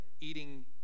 eating